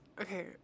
okay